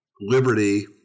liberty